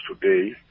today